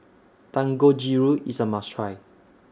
Dangojiru IS A must Try